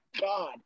god